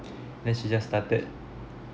then she just started